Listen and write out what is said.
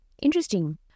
Interesting